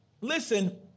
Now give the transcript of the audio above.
Listen